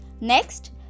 Next